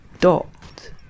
Dot